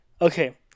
okay